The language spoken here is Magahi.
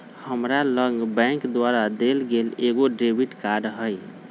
हमरा लग बैंक द्वारा देल गेल एगो डेबिट कार्ड हइ